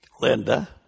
Linda